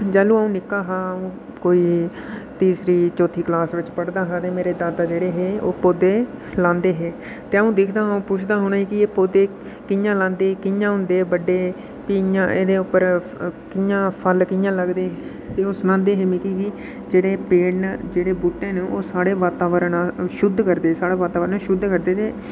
जाल्लू अ'ऊं निक्का हा अ'ऊं कोई तीसरी चौथी कलास च पढ़दा हा ते मेरे दादा हे जेह्ड़े ओह् पौधे लांदे हे ते अ'ऊं दिक्खदा हा अ'ऊं पुछदा हा उ'नेंगी एह् पौधे कि'यां लांदे कि'यां होंदे बड्डे फ्ही इ'यां एह्दे उप्पर कि'यां फल कि'यां लगदे ते ओह् सनांदे हे मिगी कि जेह्ड़े पेड़ न जेह्ड़े बूह्टे न ओह् साढ़े वातावरण शुद्ध करदे साढ़ा वातावरण शुद्ध करदे थे